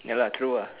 ya lah true lah